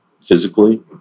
physically